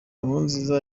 nkurunziza